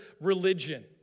religion